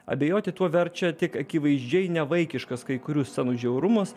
abejoti tuo verčia tik akivaizdžiai nevaikiškas kai kurių scenų žiaurumas